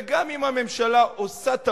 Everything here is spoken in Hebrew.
וגם אם הממשלה עושה טעויות,